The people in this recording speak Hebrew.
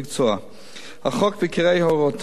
החוק ועיקרי הוראותיו פורסמו ברשומות,